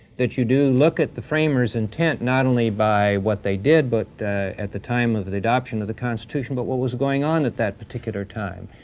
that you do look at the framers' intent not only by what they did but at the time of the the adoption of the constitution, but what was going on at that particular time.